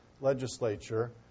legislature